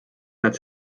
nad